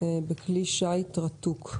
בכלי שיט רתוק.